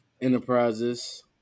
enterprises